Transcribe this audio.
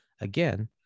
Again